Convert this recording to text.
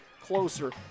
closer